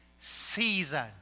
season